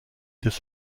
des